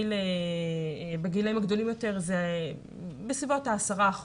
בגילאים הגדולים יותר זה בסביבות ה-10%,